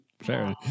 Fair